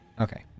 Okay